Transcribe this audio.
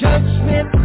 Judgment